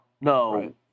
No